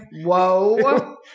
whoa